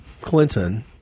Clinton